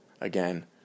again